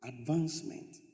advancement